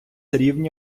рівні